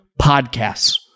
podcasts